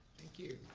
thank you,